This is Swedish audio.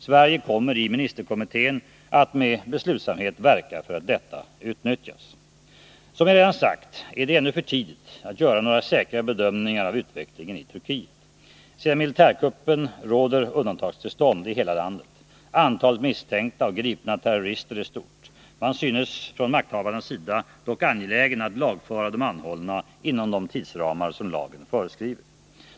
Sverige kommer i ministerkommittén att med beslutsamhet verka för att detta utnyttjas. Som jag redan sagt är det ännu för tidigt att göra några säkra bedömningar av utvecklingen i Turkiet. Sedan militärkuppen råder undantagstillstånd i hela landet. Antalet misstänkta och gripna terrorister är stort. Man synes från makthavarnas sida dock angelägen att lagföra de anhållna inom de tidsramar som lagen föreskriver.